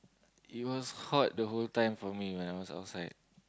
it was hot the whole time for me when I was outside